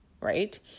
right